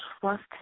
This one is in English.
trust